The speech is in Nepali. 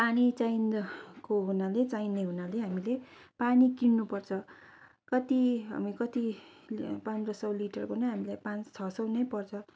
पानी चाहिँदाको हुनाले चाहिने हुनाले हामीले पानी किन्नु पर्छ कति हामी कति पन्ध्र सय लिटरको नै हामीलाई पाँच छ सय नै पर्छ